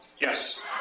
Yes